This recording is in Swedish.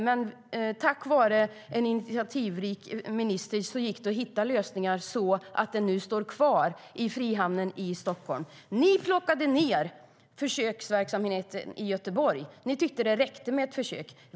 Men tack vare en initiativrik minister gick det att hitta lösningar, så att försöksverksamheten nu finns kvar i Frihamnen i Stockholm. Ni plockade ned försöksverksamheten i Göteborg. Ni tyckte att det räckte med ett försök.